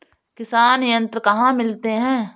किसान यंत्र कहाँ मिलते हैं?